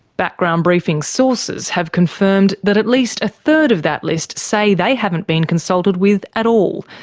background briefing's sources have confirmed that at least a third of that list say they haven't been consulted with at all,